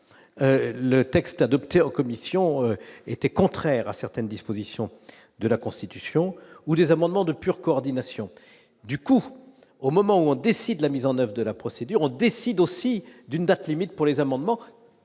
le texte adopté en commission était contraire à certaines dispositions de la Constitution ou les amendements de pure coordination du coup au moment où on décide la mise en 9 de la procédure, on décide aussi d'une date limite pour les amendements